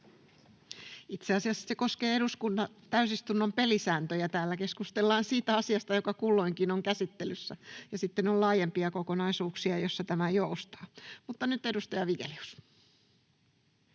Itse asiassa se koskee eduskunnan täysistunnon pelisääntöjä. Täällä keskustellaan siitä asiasta, joka kulloinkin on käsittelyssä, ja sitten on laajempia kokonaisuuksia, joissa tämä joustaa. — Nyt edustaja Vigelius.